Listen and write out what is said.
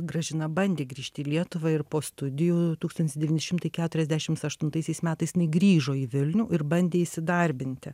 gražina bandė grįžt į lietuvą ir po studijų tūkstantis devyni šimtai keturiasdešims aštuntaisiais metais jinai grįžo į vilnių ir bandė įsidarbinti